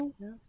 Yes